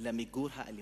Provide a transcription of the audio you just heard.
למיגור האלימות,